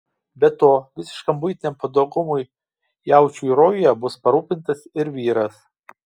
be to visiškam buitiniam patogumui jaučiui rojuje bus parūpintas ir vyras